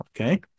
okay